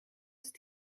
ist